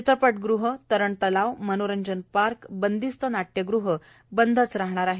चित्रपटगृह तरण तलाव मनोरंजन पार्क बंदिस्त नाट्यगृह बंदच राहाणार आहेत